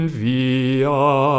via